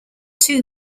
two